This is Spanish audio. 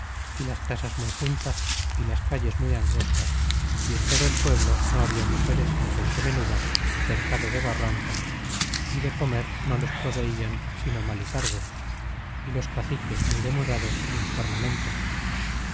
y las casas muy juntas y as calles muy angostas y en todo el pueblo no habla mugeres ni gente menuda cercado de barrancas y de comer no les proveian sino mal y tarde y los caciques muy demudados en los parlamentos